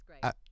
great